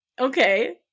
Okay